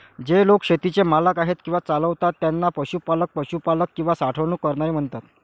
जे लोक शेतीचे मालक आहेत किंवा चालवतात त्यांना पशुपालक, पशुपालक किंवा साठवणूक करणारे म्हणतात